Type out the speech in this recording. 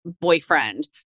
boyfriend